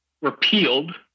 repealed